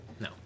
No